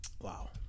Wow